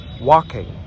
walking